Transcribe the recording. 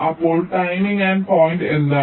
അപ്പോൾ timing end point എന്താണ്